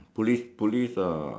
police police uh